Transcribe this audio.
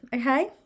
Okay